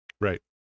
Right